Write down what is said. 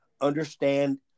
understand